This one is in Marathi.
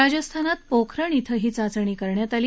राजस्थानात पोखरण इथं ही चाचणी करण्यात आली